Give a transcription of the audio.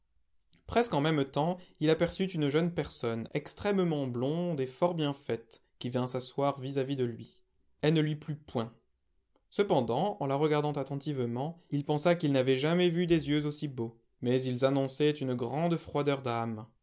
presque en même temps il aperçut une jeune personne extrêmement blonde et fort bien faite qui vint s'asseoir vis-à-vis de lui elle ne lui plut point cependant en la regardant attentivement il pensa qu'il n'avait jamais vu des yeux aussi beaux mais ils annonçaient une grande froideur d'âme